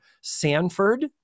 sanford